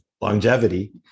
longevity